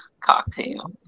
cocktail